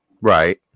Right